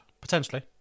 potentially